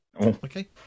Okay